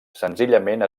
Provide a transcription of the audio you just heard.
senzillament